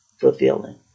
fulfilling